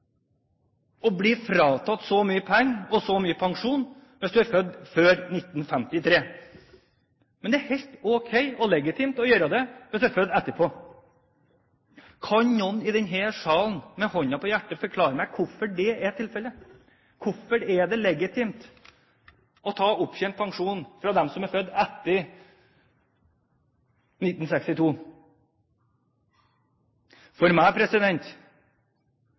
å bli fratatt så mye penger og så mye pensjon hvis man er født før 1953, men helt ok og legitimt hvis man er født senere. Kan noen i denne salen med hånden på hjertet forklare meg hvorfor det er tilfellet? Hvorfor er det legitimt å ta opptjent pensjon fra dem som er født etter 1962? For meg